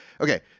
Okay